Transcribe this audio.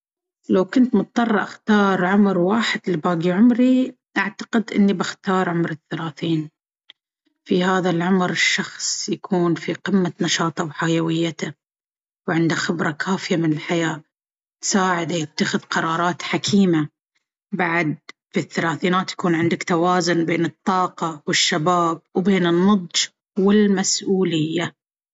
لو كنت مضطرة أختار عمر واحد لباقي عمري، أعتقد أني بأختار عمر الثلاثين. في هذا العمر، الشخص يكون في قمة نشاطه وحيويته، وعنده خبرة كافية من الحياة تساعده يتخذ قرارات حكيمة. بعد، في الثلاثينيات يكون عندك توازن بين الطاقة والشباب وبين النضج والمسؤولية.